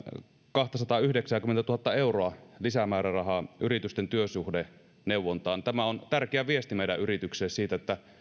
kahdensadanyhdeksänkymmenentuhannen euron lisämäärärahaa yritysten työsuhdeneuvontaan tämä on tärkeä viesti meidän yrityksillemme siitä että